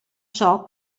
ciò